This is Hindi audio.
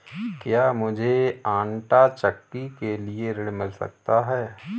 क्या मूझे आंटा चक्की के लिए ऋण मिल सकता है?